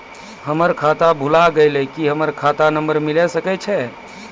हमर खाता भुला गेलै, की हमर खाता नंबर मिले सकय छै?